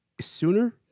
sooner